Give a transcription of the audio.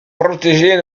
protégées